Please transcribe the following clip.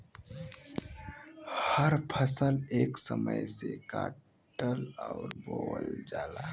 हर फसल एक समय से काटल अउर बोवल जाला